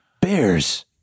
Bears